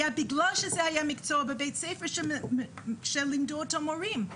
היה בגלל שזה היה מקצוע בבית ספר שלימדו את המורים,